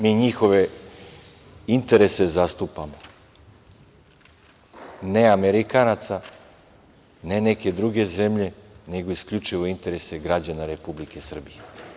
Mi njihove interese zastupamo, ne Amerikanaca, ne neke druge zemlje, nego isključivo interese građana Republike Srbije.